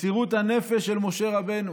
מסירות הנפש של משה רבנו